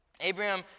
Abraham